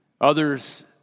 Others